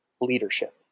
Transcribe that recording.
leadership